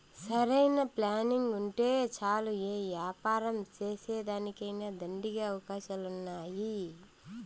సరైన ప్లానింగుంటే చాలు యే యాపారం సేసేదానికైనా దండిగా అవకాశాలున్నాయి